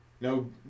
No